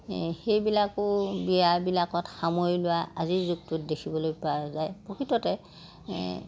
সেইবিলাকো বিয়াবিলাকত সামৰি লোৱা আজিৰ যুগটোত দেখিবলৈ পোৱা যায় প্ৰকৃততে